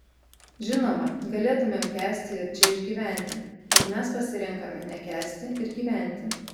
žinoma galėtumėm kęsti ir čia išgyventi bet mes pasirenkame nekęsti ir gyventi